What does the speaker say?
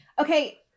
okay